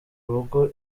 rugo